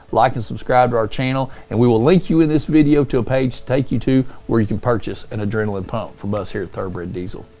like and subscribe to our channel, and we will link you in this video to a page to take you to where you can purchase an adrenaline pump from us here at thoroughbred diesel.